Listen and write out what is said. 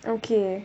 okay